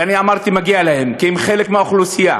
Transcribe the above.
ואני אמרתי: מגיע להם, כי הם חלק מהאוכלוסייה,